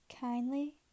Kindly